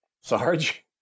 Sarge